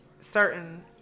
certain